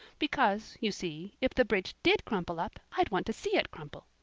because, you see, if the bridge did crumple up i'd want to see it crumple.